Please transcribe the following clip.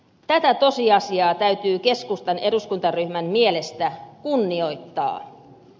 tätä tosiasiaa täytyy keskustan eduskuntaryhmän mielestä kunnioittaa